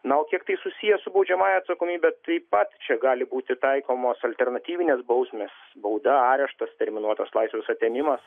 na o kiek tai susiję su baudžiamąja atsakomybe taip pat čia gali būti taikomos alternatyvinės bausmės bauda areštas terminuotas laisvės atėmimas